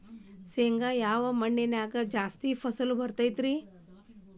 ಶೇಂಗಾ ಯಾವ ಮಣ್ಣಿನ್ಯಾಗ ಜಾಸ್ತಿ ಫಸಲು ಬರತೈತ್ರಿ?